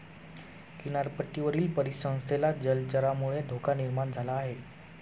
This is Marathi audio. किनारपट्टीवरील परिसंस्थेला जलचरांमुळे धोका निर्माण झाला आहे